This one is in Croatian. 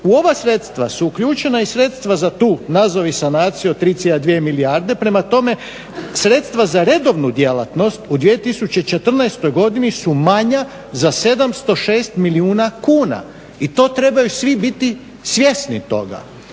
u ova sredstva su uključena i sredstva za tu nazovi sanaciju od 3,2 milijarde, prema tome sredstva za redovnu djelatnost u 2014. godini su manja za 706 milijuna kuna i to trebaju svi biti svjesni toga.